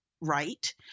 right